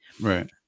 Right